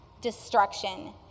destruction